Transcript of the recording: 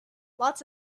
lots